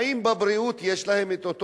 האם בבריאות יש להם אותו הדבר?